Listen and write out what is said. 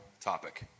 topic